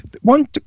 One